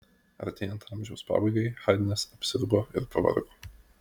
artėjant amžiaus pabaigai haidnas apsirgo ir pavargo